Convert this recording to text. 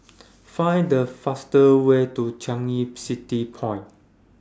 Find The fastest Way to Changi City Point